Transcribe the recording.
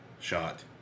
shot